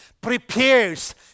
prepares